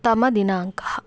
तम दिनाङ्कः